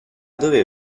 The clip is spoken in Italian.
dove